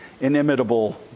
inimitable